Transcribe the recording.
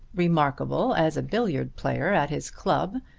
remarkable as a billiard player at his club,